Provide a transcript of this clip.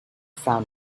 found